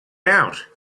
out